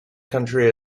country